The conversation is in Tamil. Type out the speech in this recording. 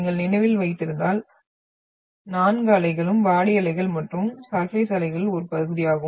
நீங்கள் நினைவில் வைத்திருந்தால் நான்கு அலைகளும் பாடி அலைகள் மற்றும் சர்பேஸ் அலைகளின் ஒரு பகுதியாகும்